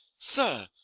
sir,